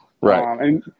right